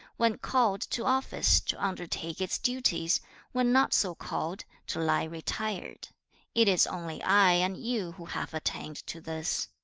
when called to office, to undertake its duties when not so called, to lie retired it is only i and you who have attained to this